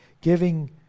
giving